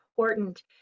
important